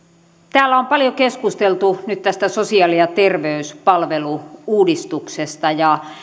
täällä on paljon keskusteltu nyt tästä sosiaali ja terveyspalvelu uudistuksesta ja